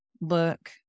look